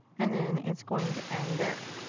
and then it's going to end there.